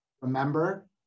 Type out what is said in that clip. Remember